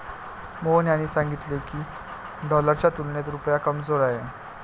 मोहन यांनी सांगितले की, डॉलरच्या तुलनेत रुपया कमजोर आहे